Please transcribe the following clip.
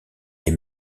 des